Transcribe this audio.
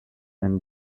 and